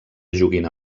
joguina